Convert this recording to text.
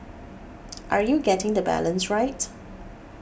are you getting the balance right